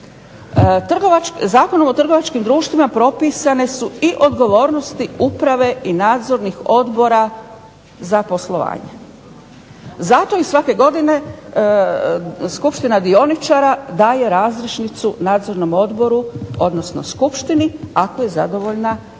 Zakonu o trgovačkim društvima propisane su odgovornosti uprave i nadzornih odbora za poslovanje. Zato i svake godine skupština dioničara daje razrješnicu skupštini ako je zadovoljna kakvo je